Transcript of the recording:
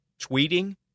tweeting